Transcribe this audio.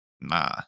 nah